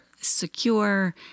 secure